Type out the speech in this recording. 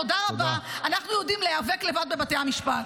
תודה רבה, אנחנו יודעים להיאבק לבד בבתי המשפט.